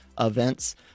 events